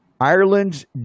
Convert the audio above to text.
ireland's